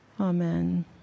Amen